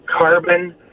carbon